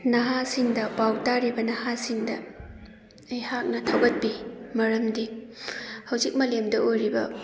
ꯅꯍꯥꯁꯤꯡꯗ ꯄꯥꯎ ꯇꯥꯔꯤꯕ ꯅꯍꯥꯁꯤꯡꯗ ꯑꯩꯍꯥꯛꯅ ꯊꯧꯒꯠꯄꯤ ꯃꯔꯝꯗꯤ ꯍꯧꯖꯤꯛ ꯃꯥꯂꯦꯝꯗ ꯎꯔꯤꯕ